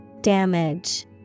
Damage